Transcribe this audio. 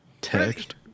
Text